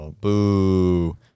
boo